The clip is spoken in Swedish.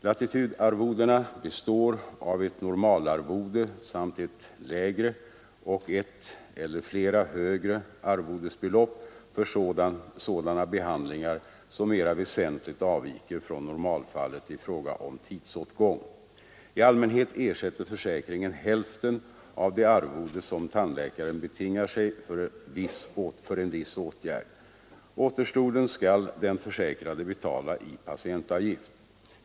Latitudarvodena består av ett normalarvode samt ett lägre och ett eller flera högre arvodesbelopp för sådana behandlingar som mera väsentligt avviker från normalfallet i fråga om tidsåtgång. I allmänhet ersätter försäkringen hälften av det arvode som tandläkaren betingar sig för en viss åtgärd. Återstoden skall den försäkrade betala i patientavgift.